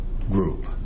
group